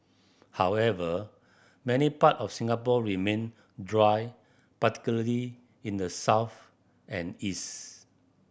however many part of Singapore remain dry particularly in the south and east